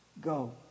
Go